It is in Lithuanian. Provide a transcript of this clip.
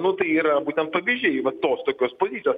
nu tai yra būtent pavyzdžiai va tos tokios pozicijos